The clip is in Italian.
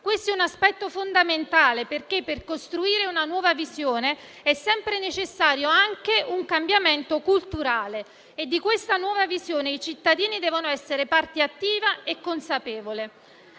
Questo è un aspetto fondamentale perché per costruire una nuova visione è sempre necessario anche un cambiamento culturale e di questa nuova visione i cittadini devono essere parte attiva e consapevole.